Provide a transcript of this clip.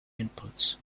inputs